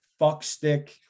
fuckstick